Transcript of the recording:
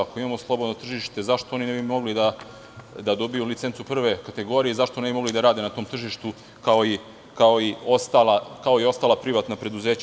Ako imamo slobodno tržište, zašto oni ne bi mogli da dobiju licencu prve kategorije, zašto ne bi mogli da rade na tom tržištu, kao i ostala privatna preduzeća.